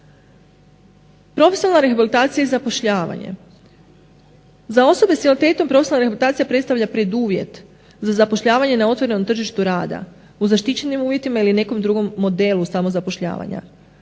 Profesionalna rehabilitacija i zapošljavanje. Za osobe sa invaliditetom profesionalna rehabilitacija predstavlja preduvjet za zapošljavanje na otvorenom tržištu rada u zaštićenim uvjetima ili nekom drugom modelu samozapošljavanja.